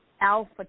Alpha